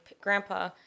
grandpa